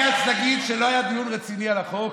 כשתלכו לבג"ץ להגיד שלא היה דיון רציני על החוק,